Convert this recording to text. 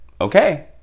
okay